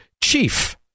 chief